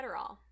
Adderall